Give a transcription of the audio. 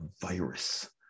virus